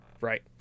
Right